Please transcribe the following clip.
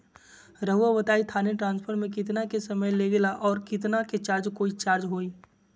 रहुआ बताएं थाने ट्रांसफर में कितना के समय लेगेला और कितना के चार्ज कोई चार्ज होई?